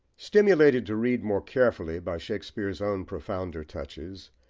stimulated to read more carefully by shakespeare's own profounder touches,